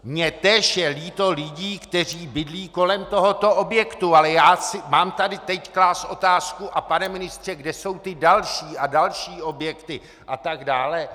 Mně též je líto lidí, kteří bydlí kolem tohoto objektu, ale mám tady teď klást otázku: A pane ministře, kde jsou ty další a další objekty atd.?